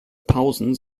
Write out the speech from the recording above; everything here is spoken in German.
pausen